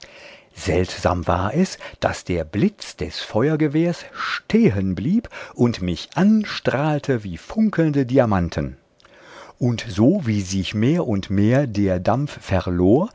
seltsam war es daß der blitz des feuergewehrs stehenblieb und mich anstrahlte wie funkelnde diamanten und so wie sich mehr und mehr der dampf verlor